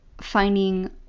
finding